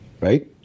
Right